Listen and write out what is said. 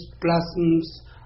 blossoms